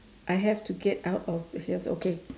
I have to get out of here okay